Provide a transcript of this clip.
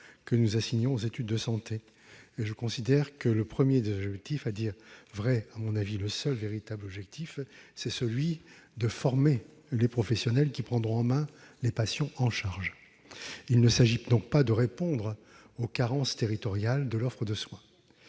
que nous assignons aux études de santé. Je considère que leur premier objectif, et à dire vrai, à mon avis, leur seul véritable objectif, est de former les professionnels qui prendront demain les patients en charge. Il ne s'agit donc pas de répondre aux carences territoriales de l'offre de soins.